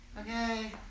Okay